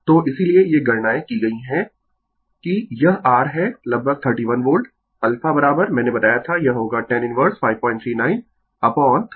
तो इसीलिए ये गणनायें की गई है कि यह r है लगभग 31 वोल्ट अल्फा मैंने बताया था यह होगा tan इनवर्स 539 अपोन 305 10 o